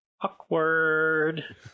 awkward